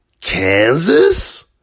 Kansas